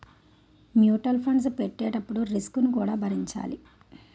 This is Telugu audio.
మ్యూటల్ ఫండ్స్ పెట్టేటప్పుడు రిస్క్ ను కూడా భరించాలి